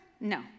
No